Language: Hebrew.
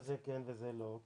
למה זה כן וזה לא?